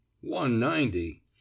One-ninety